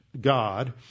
God